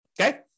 Okay